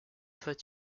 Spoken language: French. fait